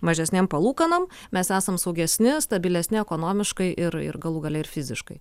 mažesnėm palūkanom mes esam saugesni stabilesni ekonomiškai ir ir galų gale ir fiziškai